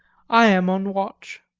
i am on watch.